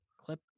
Clip